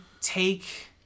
take